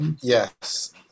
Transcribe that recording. yes